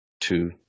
two